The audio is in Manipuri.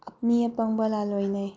ꯃꯤ ꯑꯄꯪꯕ ꯂꯥꯂꯣꯏꯅꯩ